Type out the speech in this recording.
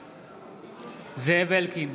בעד זאב אלקין,